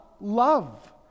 love